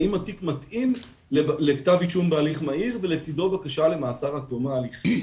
האם התיק מתאים לכתב אישום בהליך מהיר ולצדו בקשה למעצר עד תום ההליכים.